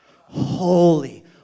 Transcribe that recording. Holy